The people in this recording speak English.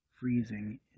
freezing